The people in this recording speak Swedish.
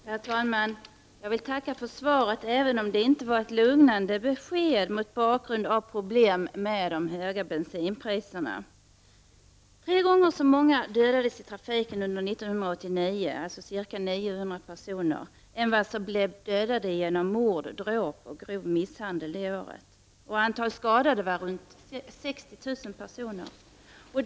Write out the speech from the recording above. Herr talman! Jag tackar för svaret, även om det inte var ett lugnande besked mot bakgrund av problemen med de höga bensinpriserna. Tre gånger så många dödades i trafiken under 1989, ca 900 personer, som blev dödade genom mord, dråp och grov misshandel det året. Antalet skadade samma år var runt 60 000 personer.